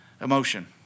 emotion